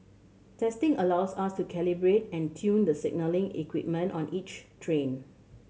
testing allows us to calibrate and tune the signalling equipment on each train